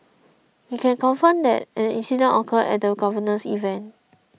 we can confirm that an incident occurred at the governor's event